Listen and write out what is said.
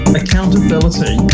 accountability